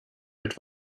mit